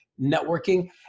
networking